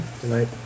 tonight